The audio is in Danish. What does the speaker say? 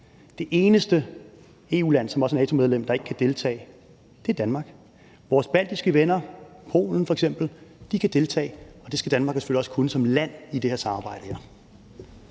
Det eneste EU-land, som også er NATO-medlem, der ikke kan deltage, er Danmark. Vores baltiske venner og f.eks. Polen kan deltage, og det skal Danmark selvfølgelig også kunne som land i det her samarbejde.